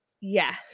yes